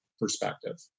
perspective